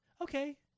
Okay